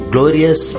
Glorious